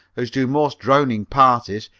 as do most drowning parties,